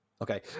Okay